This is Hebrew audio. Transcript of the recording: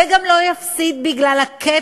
וגם לא יפסיד בגלל ה-cap,